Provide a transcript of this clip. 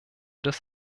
des